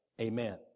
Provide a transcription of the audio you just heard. amen